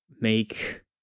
make